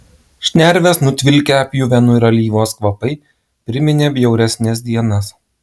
šnerves nutvilkę pjuvenų ir alyvos kvapai priminė bjauresnes dienas